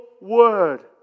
Word